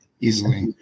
easily